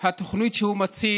התוכנית שהוא מציג,